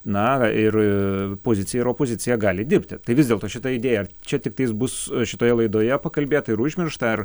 na ir pozicija ir opozicija gali dirbti tai vis dėlto šita idėja ar čia tiktais bus šitoje laidoje pakalbėta ir užmiršta ar